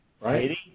right